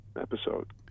episode